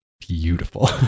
beautiful